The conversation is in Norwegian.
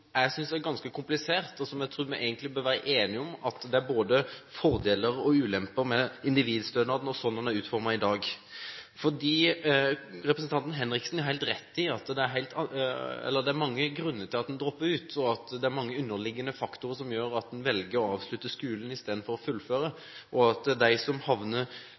jeg synes er ganske komplisert. Jeg tror vi egentlig bør være enige om at det er både fordeler og ulemper ved individstønaden sånn den er utformet i dag. Representanten Henriksen har helt rett i at det er mange grunner til at man dropper ut, og at det er mange underliggende faktorer som gjør at man velger å avslutte skolen istedenfor å fullføre. For dem som havner